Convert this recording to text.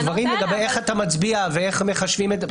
הדברים לגבי איך אתה מצביע ואיך מחשבים את זה,